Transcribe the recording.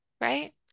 right